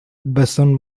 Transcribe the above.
besson